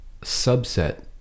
subset